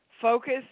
focus